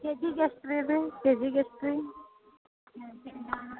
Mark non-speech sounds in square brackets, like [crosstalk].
K ಜಿಗೆ ಎಷ್ಟು ರೀ ಅದು ಕೆ ಜಿಗೆ ಎಷ್ಟು ರೀ [unintelligible]